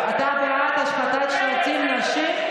אתה בעד השחתת שלטים עם נשים?